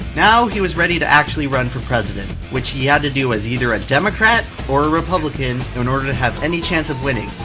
now he was ready to actually run for president, which he had to do as either a democrat or a republican, in order to have any chance of winning.